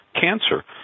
cancer